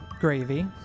gravy